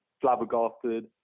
flabbergasted